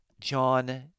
John